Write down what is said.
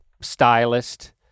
stylist